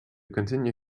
continue